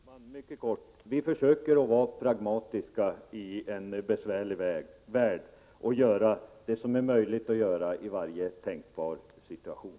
Herr talman! Jag skall fatta mig mycket kort. Vi försöker att vara pragmatiska i en besvärlig värld och göra det som är möjligt att göra i varje tänkbar situation.